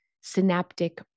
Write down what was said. synaptic